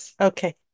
okay